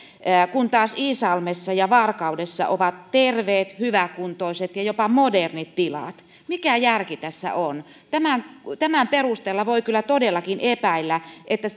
kun taas iisalmessa ja varkaudessa on terveet hyväkuntoiset ja jopa modernit tilat mikä järki tässä on tämän perusteella voi kyllä todellakin epäillä